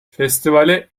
festivale